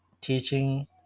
teaching